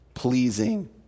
pleasing